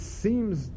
seems